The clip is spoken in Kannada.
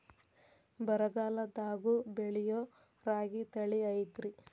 ಬರಗಾಲದಾಗೂ ಬೆಳಿಯೋ ರಾಗಿ ತಳಿ ಐತ್ರಿ?